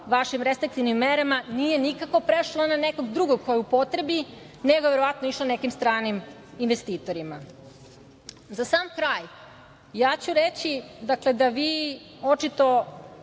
vašim restriktivnim merama nije nikako prešla na nekog drugog da je upotrebi, nego je verovatno išla nekim stranim investitorima.Za sam kraj, ja ću reći da vi očito